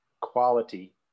quality